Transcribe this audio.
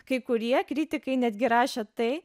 kai kurie kritikai netgi rašė tai